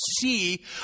see